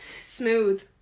Smooth